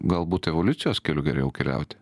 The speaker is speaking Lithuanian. galbūt evoliucijos keliu geriau keliauti